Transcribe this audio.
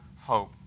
hope